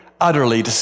utterly